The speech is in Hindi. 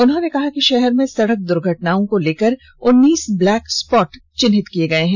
उन्होंने कहा कि शहर में सड़क दुर्घटनाओं को लेकर उन्नीस ब्लैक स्पॉट चिन्हित किए गए हैं